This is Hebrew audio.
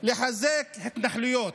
לחזק התנחלויות.